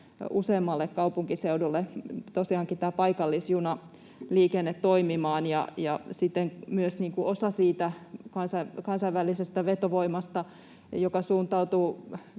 useammalle kaupunkiseudulle tosiaankin tämä paikallisjunaliikenne toimimaan. Siten myös pieni osuus siitä kansainvälisestä vetovoimasta ja